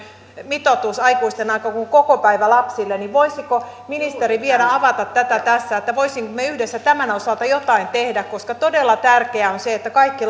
mitoitus aikuisten aikaa kuin kokopäivälapsille niin voisiko ministeri vielä avata tässä sitä voisimmeko me yhdessä tämän osalta jotain tehdä koska todella tärkeää on se että kaikki